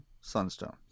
Sunstone